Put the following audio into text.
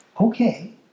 Okay